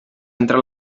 entre